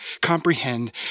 comprehend